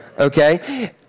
Okay